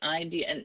idea –